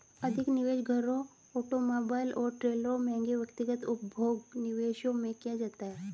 अधिक निवेश घरों ऑटोमोबाइल और ट्रेलरों महंगे व्यक्तिगत उपभोग्य निवेशों में किया जाता है